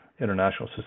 International